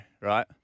right